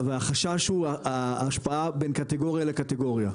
והחשש הוא ההשפעה בין קטגוריה לקטגוריה.